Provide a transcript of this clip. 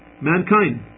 mankind